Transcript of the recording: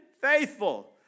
faithful